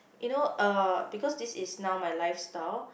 you know uh because this is now my lifestyle